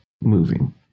moving